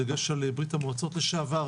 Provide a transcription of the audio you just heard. בדגש על ברית המועצות לשעבר,